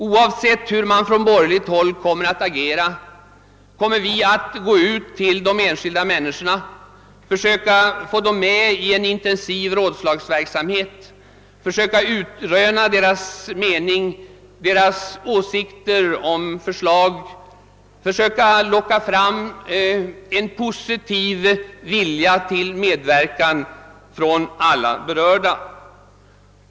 Oavsett hur man kommer att agera från borgerligt håll, kommer vi att gå ut till de enskilda människorna, försöka få dem med i en intensiv rådslagsverksamhet, försöka utröna deras åsikter och meningar om olika förslag, försöka locka fram en positiv vilja till medverkan från alla berörda.